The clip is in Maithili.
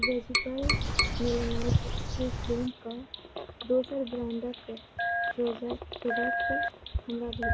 वेजिटल मेलनाइट सी क्रीमके दोसर ब्राण्डके प्रोड प्रोडक्ट हमरा भेटल